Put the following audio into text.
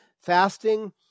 fasting